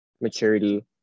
maturity